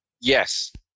Yes